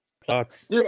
Plots